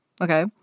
Okay